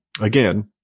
Again